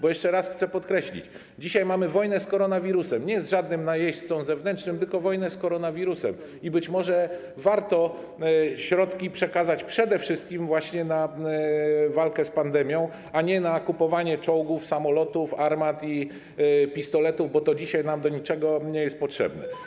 Bo jeszcze raz chcę podkreślić: dzisiaj mamy wojnę z koronawirusem, nie z żadnym najeźdźcą zewnętrznym, tylko wojnę z koronawirusem, i być może warto środki przekazać przede wszystkim właśnie na walkę z pandemią, a nie na kupowanie czołgów, samolotów, armat i pistoletów, bo to dzisiaj nam do niczego nie jest potrzebne.